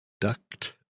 Duct